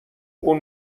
اون